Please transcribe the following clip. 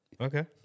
Okay